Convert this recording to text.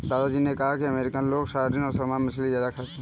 दादा जी ने कहा कि अमेरिकन लोग सार्डिन और सालमन मछली ज्यादा खाते हैं